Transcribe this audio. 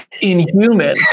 inhuman